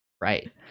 right